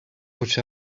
watch